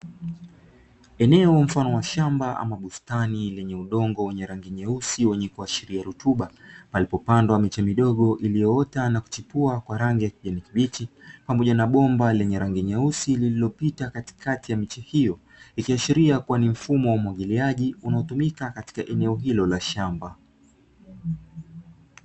Eneo mfano wa shamba ama bustani lenye udongo wenye rangi nyeusi wenye kuashiria rutuba, palipo pandwa miche midogo iliyoota na kuchipua kwa rangi ya kijani kibichi, pamoja na bomba lenye rangi nyeusi lililopita katika ya miche hiyo, ikiashiria kuwa ni mfumo wa umwagiliaji unaotumika katika eneo hilo la shamba.